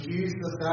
Jesus